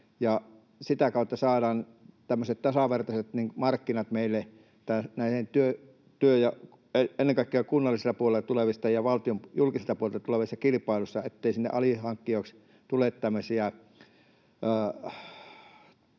sitä kautta saadaan meille tasavertaiset markkinat ennen kaikkea kunnalliselta ja julkiselta puolelta tulevassa kilpailussa, ettei sinne alihankkijoiksi tule